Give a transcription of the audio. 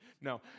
No